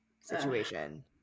situation